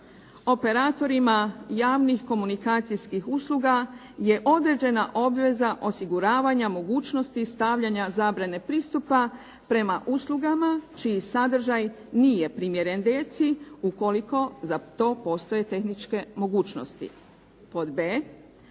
operatorima javnih komunikacijskih usluga je određena obveza osiguravanja mogućnosti stavljanja zabrane pristupa prema uslugama čiji sadržaj nije primjeren djeci, ukoliko za to postoje tehničke mogućnosti. Pod b,